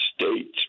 States